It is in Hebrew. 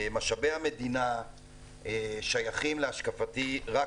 משאבי המדינה שייכים להשקפתי רק,